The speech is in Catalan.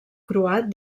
croat